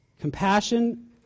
compassion